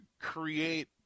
create